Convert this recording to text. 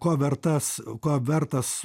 ko vertas ko vertas